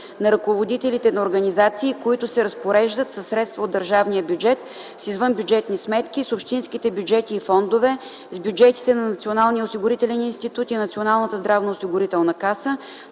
на ръководителите на организации, които се разпореждат със средства от държавния бюджет, с извънбюджетни сметки, с общинските бюджети и фондове, с бюджетите на Националния осигурителен институт и Националната здравноосигурителна каса,